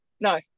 no